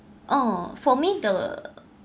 oh for me the